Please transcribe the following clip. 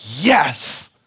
Yes